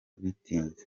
bitinze